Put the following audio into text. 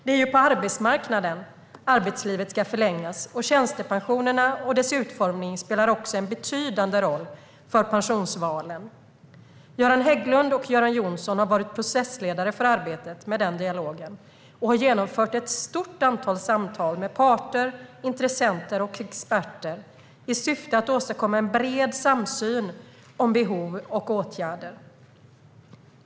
Det är ju på arbetsmarknaden arbetslivet ska förlängas, och tjänstepensionerna och deras utformning spelar också en betydande roll för pensionsvalen. Göran Hägglund och Göran Johnsson har varit processledare för arbetet med den dialogen och har genomfört ett stort antal samtal med parter, intressenter och experter i syfte att åstadkomma en bred samsyn om behov och åtgärder.